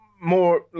more